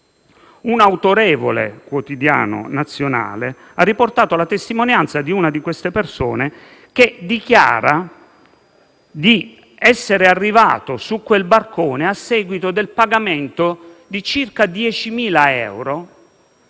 Un autorevole quotidiano nazionale ha riportato la testimonianza di una di queste persone, che dichiara essere arrivato su un barcone a seguito del pagamento di circa 10.000 euro,